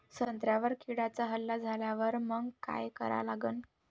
संत्र्यावर किड्यांचा हल्ला झाल्यावर मंग काय करा लागन?